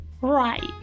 right